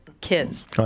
kids